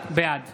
בעד